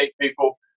people